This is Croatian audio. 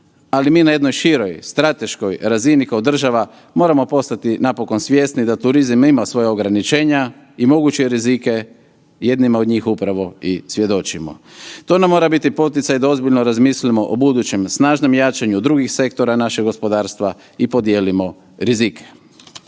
ali mi na jednoj široj, strateškoj razini kao država moramo postati napokon svjesni da turizam ima svoja ograničenja i moguće rizike, jednima od njih upravo i svjedočimo. To nam mora biti poticaj da ozbiljno razmislimo o budućem snažnom jačanju drugih sektora našeg gospodarstva i podijelimo rizike.